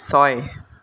ছয়